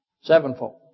sevenfold